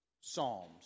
Psalms